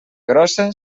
grossa